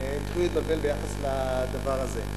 הם התחילו להתבלבל ביחס לדבר הזה.